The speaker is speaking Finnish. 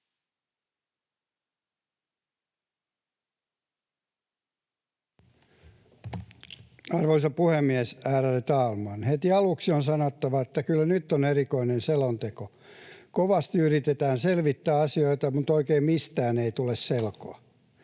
Arvoisa puhemies, ärade talman! Heti aluksi on sanottava, että kyllä nyt on erikoinen selonteko. Kovasti yritetään selvittää asioita, mutta oikein mistään ei tule selkoa.